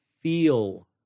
feel